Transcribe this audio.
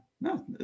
No